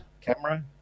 Camera